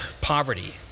poverty